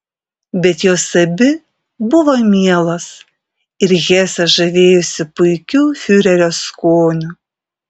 bet jos abi buvo mielos ir hesas žavėjosi puikiu fiurerio skoniu